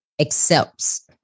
accepts